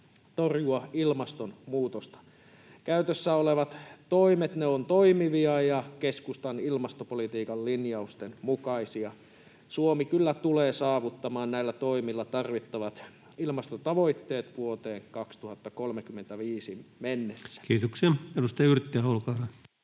torjua ilmastonmuutosta. Käytössä olevat toimet ovat toimivia ja keskustan ilmastopolitiikan linjausten mukaisia. Näillä toimilla Suomi kyllä tulee saavuttamaan tarvittavat ilmastotavoitteet vuoteen 2035 mennessä. Kiitoksia. — Edustaja Yrttiaho, olkaa